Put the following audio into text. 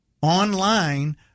online